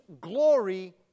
glory